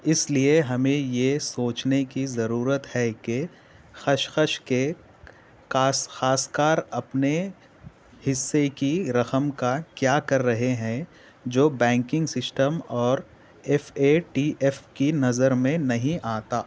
اس لیے ہمیں یہ سوچنے کی ضرورت ہے کہ خشخش کے کاشت کار اپنے حصے کی رقم کا کیا کر رہے ہیں جو banking system F A T F ایف کی نظر میں نہیں آتا